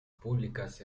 públicas